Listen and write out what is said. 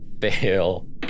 fail